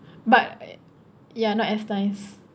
but ya not as nice